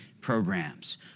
programs